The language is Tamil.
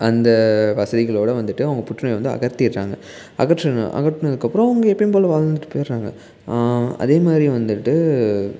அந்த வசதிகளோடு வந்துவிட்டு அவங்க புற்றுநோய் வந்து அகற்றிர்றாங்க அகற்றணும் அகற்றுனதுக்கப்புறம் அவங்க எப்போயும் போல் வாழ்ந்துட்டு போய்டுறாங்க அதே மாதிரி வந்துவிட்டு